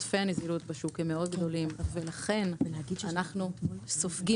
עודפי הנזילות בשוק הם מאוד גדולים לכן אנחנו סופגים